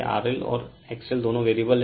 RL और XL दोनों ही वेरिएबल हैं